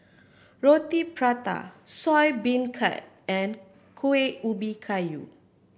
Roti Prata Soya Beancurd and Kuih Ubi Kayu